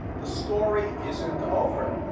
the story isn't over,